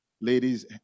ladies